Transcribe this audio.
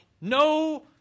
No